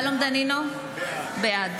(קוראת בשמות חברי הכנסת) שלום דנינו, בעד